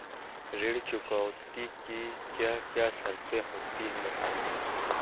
ऋण चुकौती की क्या क्या शर्तें होती हैं बताएँ?